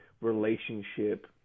relationship